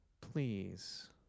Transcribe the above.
Please